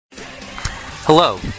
Hello